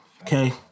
Okay